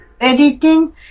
editing